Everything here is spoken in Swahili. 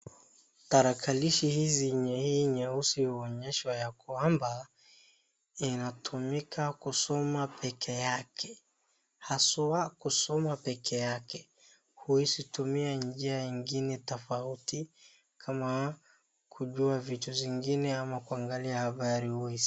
Tarakilishi hii nyeusi huonyesha ya kwamba inatumika kusoma peke yake, haswaa kusoma peke yake, usitumia njia ingine tofauti kama kujua vitu zingine ama kuangalia habari.